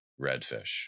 redfish